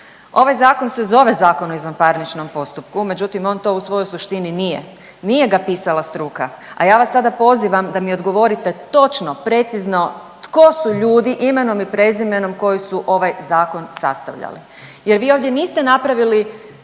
Ovaj zakon se zove Zakon o izvanparničnom postupku, međutim on to u svojoj suštini nije, nije ga pisala struka, a ja vas sada pozivam da mi odgovorite točno precizno tko su ljudi imenom i prezimenom koji su ovaj zakon sastavljali jer vi ovdje niste napravili